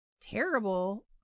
terrible